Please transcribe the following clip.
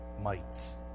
mites